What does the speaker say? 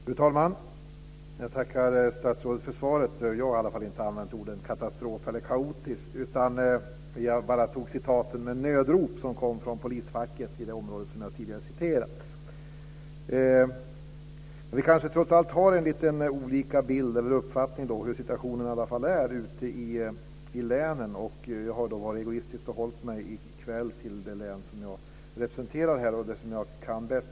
Fru talman! Jag tackar statsrådet för svaret. Jag har i alla fall inte använt orden "katastrof" eller "kaotisk". Jag citerade bara det nödrop som kom från polisfacket i det här området. Vi har kanske, trots allt, lite olika uppfattning om hur situationen är ute i länen. Jag har varit egoistisk och i kväll hållit mig till det län som jag representerar här och det som jag kan bäst.